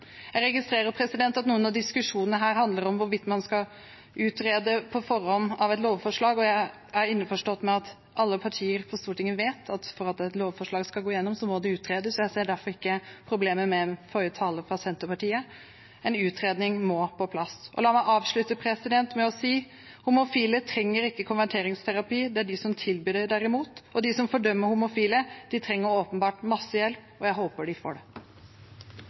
Jeg registrerer at noen av diskusjonene her handler om hvorvidt man på forhånd skal utrede et lovforslag. Jeg er innforstått med at alle partier på Stortinget vet at for at et lovforslag skal gå igjennom, må det utredes, og jeg ser derfor ikke problemet til forrige taler, fra Senterpartiet. En utredning må på plass. La meg avslutte med å si: Homofile trenger ikke konverteringsterapi, det gjør derimot de som tilbyr det. De som fordømmer homofile, trenger åpenbart masse hjelp, og jeg håper de får det.